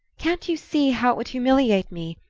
can't you see how it would humiliate me?